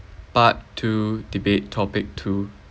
part two debate topic two